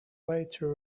later